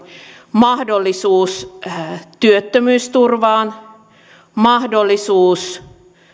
mahdollisuus työttömyysturvaan mahdollisuus